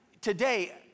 today